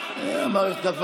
אבל המערכת,